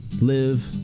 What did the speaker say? live